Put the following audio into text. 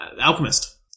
Alchemist